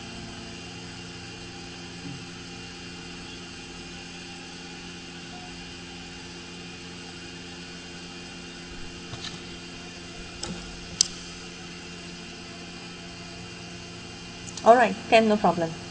alright can no problem